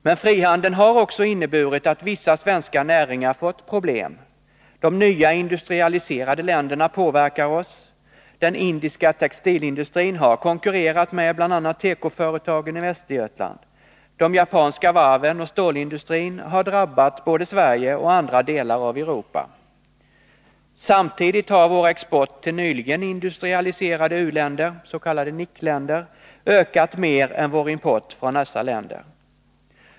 Men frihandeln har också inneburit att vissa svenska näringar fått problem. De nya industrialiserade länderna påverkar oss. Den indiska textilindustrin har konkurrerat med bl.a. tekoföretagen i Västergötland, de japanska varven och stålindustrin har ”drabbat” både Sverige och andra delar av Europa. Samtidigt har vår export till nyligen industrialiserade u-länder, s.k. NIC-länder, ökat mer än vår import från dessa länder.